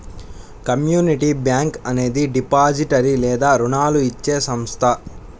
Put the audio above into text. community bank అనేది depository లేదా రుణాలు ఇచ్చే సంస్థ